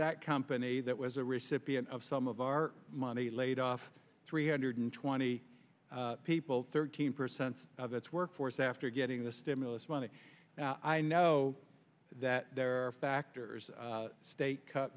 that company that was a recipient of some of our money laid off three hundred twenty people thirteen percent of its workforce after getting the stimulus money i know that there are factors state